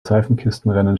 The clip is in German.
seifenkistenrennen